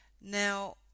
Now